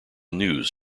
news